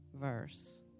verse